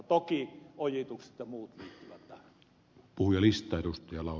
toki ojitukset ja muut liittyvät tähän